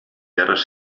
guerres